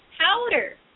powder